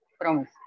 Promise